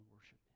worship